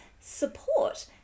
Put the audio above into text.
support